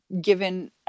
given